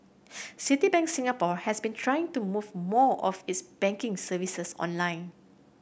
Citibank Singapore has been try to move more of its banking services online